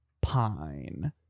pine